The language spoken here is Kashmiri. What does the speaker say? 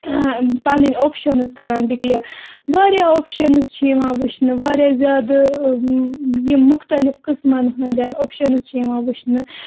پَنٕںۍ آپشَنٕز کَران ڈِکلیر واریاہ آپشَنٕز چھِ یِوان وٕچھنہٕ واریاہ زیادٕ یِم مختلف قٕسمَن ہٕنٛدۍ آپشَنٕز چھِ یِوان وٕچھنہٕ